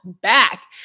back